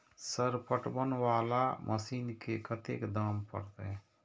Sir पटवन वाला मशीन के कतेक दाम परतें?